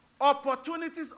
Opportunities